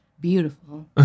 beautiful